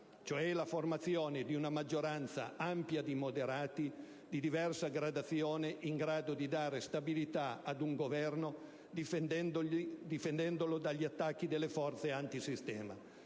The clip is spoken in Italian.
cioè la formazione di una maggioranza ampia di moderati di diversa gradazione in grado di dare stabilità ad un governo difendendolo dagli attacchi delle forze antisistema.